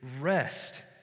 rest